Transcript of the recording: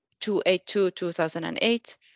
282/2008